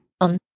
On